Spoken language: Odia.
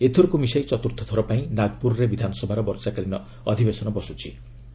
ଏଥରକ ମିଶାଇ ଚତୁର୍ଥଥର ପାଇଁ ନାଗପୁରରେ ବିଧାନସଭାର ବର୍ଷାକାଳୀନ ଅଧିବେଶନ ବସ୍କଚ୍ଚି